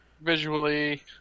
visually